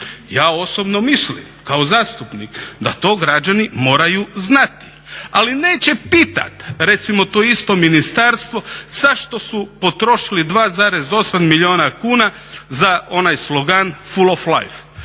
Ja osobno mislim kao zastupnik da to građani moraju znati, ali neće pitati recimo to isto ministarstvo zašto su potrošili 2,8 milijuna kuna za onaj slogan "Foll off life"